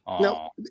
Now